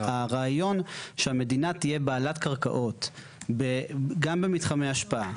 הרעיון שהמדינה תהיה בעלת קרקעות גם במתחמי השפעה,